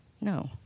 No